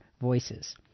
voices